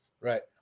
Right